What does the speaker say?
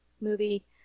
movie